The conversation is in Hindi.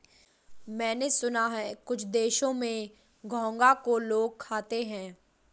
मैंने सुना है कुछ देशों में घोंघा को लोग खाते हैं